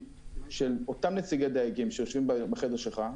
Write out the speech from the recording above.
של אותם נציגי דייגים שיושבים בחדר שלך,